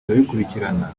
turabikurikirana